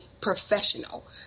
professional